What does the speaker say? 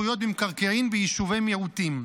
זכויות במקרקעין ביישובי מיעוטים.